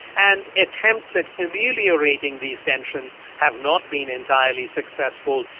and attempts at ameliorating these tensions have not been entirely successful,